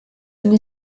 une